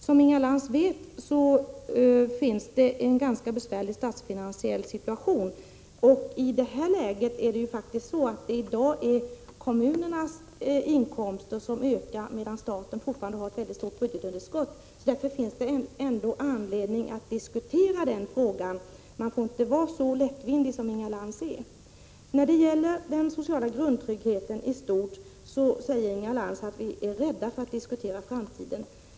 Som Inga Lantz vet, råder en ganska besvärlig finansiell situation, och i dagens läge är det faktiskt kommunernas inkomster som ökar medan staten fortfarande har ett stort underskott. Därför finns det anledning att diskutera denna fråga. Man får inte vara så lättvindig som Inga Lantz. När det gäller den sociala grundtryggheten i stort säger Inga Lantz att vi är rädda för att diskutera framtiden.